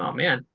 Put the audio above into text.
um man.